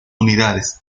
unidades